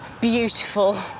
beautiful